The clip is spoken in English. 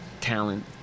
talent